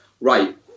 right